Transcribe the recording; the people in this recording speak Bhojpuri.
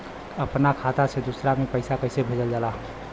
अपना खाता से दूसरा में पैसा कईसे भेजल जाला?